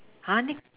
!huh! next